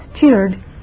cheered